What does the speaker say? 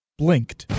blinked